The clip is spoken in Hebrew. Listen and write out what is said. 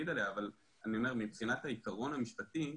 עליה אבל אני אומר שמבחינת העיקרון המשפטי,